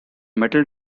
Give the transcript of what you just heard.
metal